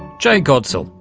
jay godsall,